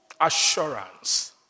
assurance